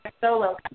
solo